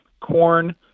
corn